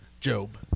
Job